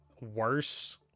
worse